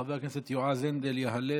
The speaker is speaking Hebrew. חבר הכנסת יועז הנדל יעלה ויבוא.